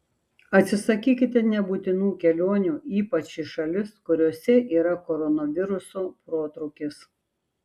atsisakykite nebūtinų kelionių ypač į šalis kuriose yra koronaviruso protrūkis